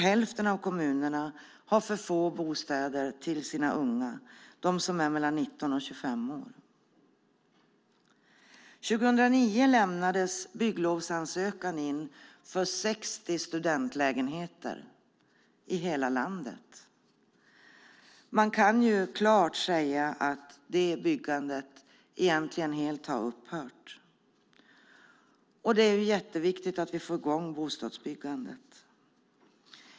Hälften av kommunerna har för få bostäder till sina unga mellan 19 och 25 år. År 2009 lämnades bygglovsansökan in för 60 studentlägenheter i hela landet. Man kan klart säga att det byggandet egentligen helt har upphört. Det är jätteviktigt att vi får i gång bostadsbyggandet.